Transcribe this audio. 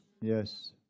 Yes